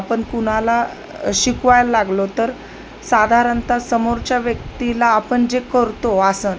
आपण कोणाला शिकवायला लागलो तर साधारणतः समोरच्या व्यक्तीला आपण जे करतो आसन